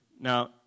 Now